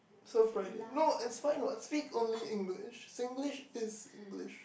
so Friday no it's fine what speak only English Singlish is English